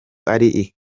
ari